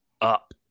up